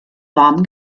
warm